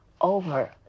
over